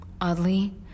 Oddly